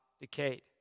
decayed